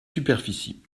superficie